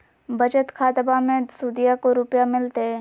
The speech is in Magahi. बचत खाताबा मे सुदीया को रूपया मिलते?